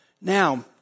Now